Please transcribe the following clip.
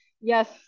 yes